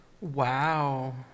Wow